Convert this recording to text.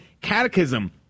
catechism